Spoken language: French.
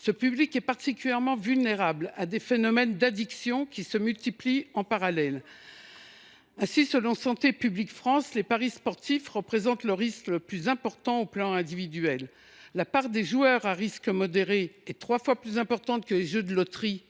Ce public est particulièrement vulnérable à des phénomènes d’addiction qui se multiplient en parallèle. Ainsi, selon Santé publique France, « les paris sportifs représentent le risque le plus important au plan individuel : la part des joueurs à risque modéré est trois fois plus importante que pour les jeux de loterie